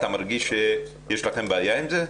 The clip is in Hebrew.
אתה מרגיש שיש לכם בעיה עם זה?